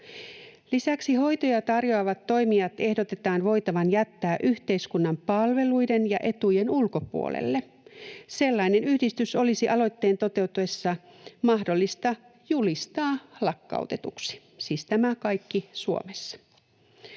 Lisäksi hoitoja tarjoavat toimijat ehdotetaan voitavan jättää yhteiskunnan palveluiden ja etujen ulkopuolelle. Sellainen yhdistys olisi aloitteen toteutuessa mahdollista julistaa lakkautetuksi. Siis tämä kaikki Suomessa.